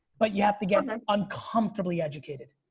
but you have to get and uncomfortably educated.